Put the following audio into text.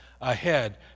ahead